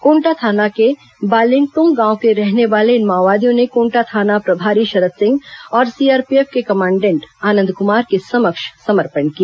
कोंटा थाना के बालेंगतोंग गांव के रहने वाले इन माओवादियों ने कोंटा थाना प्रभारी शरद सिंह और सीआरपीएफ कमांडेंट आनंद कुमार के समक्ष समर्पण किया